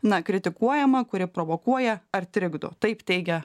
na kritikuojama kuri provokuoja ar trikdo taip teigia